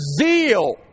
zeal